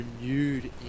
Renewed